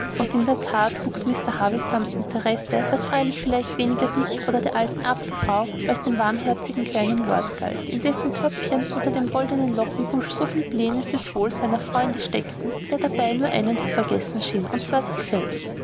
und in der that wuchs mr havishams interesse bei jedem worte was freilich vielleicht weniger dick oder der alten apfelfrau als dem warmherzigen kleinen lord galt in dessen köpfchen unter dem goldnen lockenbusch so viel pläne fürs wohl seiner freunde steckten der dabei nur einen zu vergessen schien und zwar sich selbst